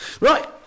Right